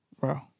Bro